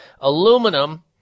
aluminum